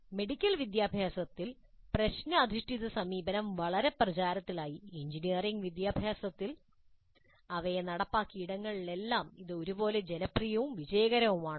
medical വിദ്യാഭ്യാസത്തിൽ പ്രശ്ന അധിഷ്ഠിത സമീപനം വളരെ പ്രചാരത്തിലായി എഞ്ചിനീയറിംഗ് വിദ്യാഭ്യാസത്തിൽ അവർ നടപ്പിലാക്കിയ ഇടങ്ങളിലെല്ലാം അത് ഒരുപോലെ ജനപ്രിയവും വിജയകരവുമാണോ